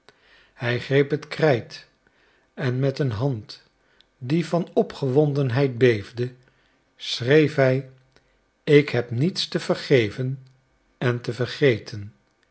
hij greep het krijt en met een hand die van opgewondenheid beefde schreef hij ik heb niets te vergeven en te vergeten